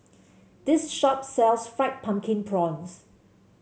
this shop sells Fried Pumpkin Prawns